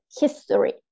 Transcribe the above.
history